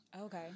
Okay